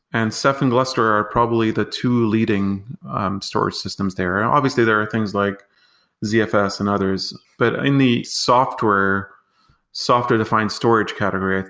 and cepth and gluster are probably the two leading storage systems there. obviously there are things like zfs and others, but in the software software defined storage category, ah